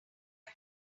rid